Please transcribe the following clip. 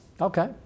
Okay